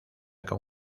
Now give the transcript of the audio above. con